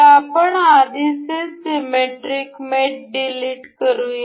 तर आपण आधीचे सिमेट्रिक मेट डिलीट करूया